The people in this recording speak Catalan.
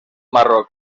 marroc